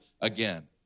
again